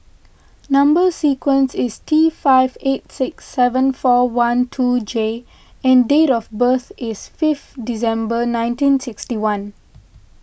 Number Sequence is T five eight six seven four one two J and date of birth is fifth December nineteen sixty one